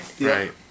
right